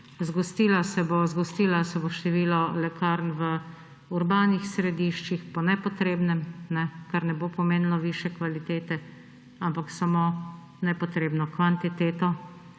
zgostilo se bo število lekarn v urbanih središčih po nepotrebnem, kar ne bo pomenilo višje kvalitete, ampak samo nepotrebno kvantiteto,